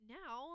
now